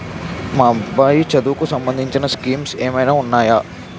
మా అబ్బాయి చదువుకి సంబందించిన స్కీమ్స్ ఏమైనా ఉన్నాయా?